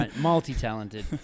Multi-talented